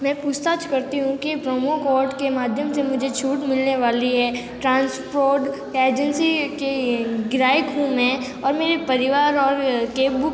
मैं पूछताछ करती हूँ कि प्रोमो कोड के माध्यम से मुझे छूट मिलने वाली है ट्रांसपोर्ट एजेंसी के ग्राहक हूँ मैं और मेरे परिवार और